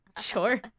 Sure